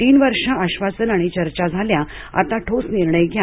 तीन वर्षे आश्वासनं आणि चर्चा झाल्या आता ठोस निर्णय घ्या